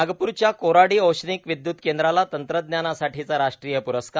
नागप्रच्या कोराडी औष्णिक विद्य्त केंद्रांला तंत्रज्ञाना साठीचा राष्ट्रीय प्रस्कार